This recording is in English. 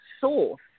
source